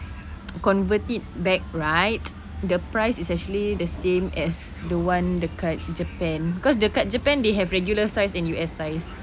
convert it back right the price is actually the same as the one dekat japan because dekat japan they have the regular size and U_S size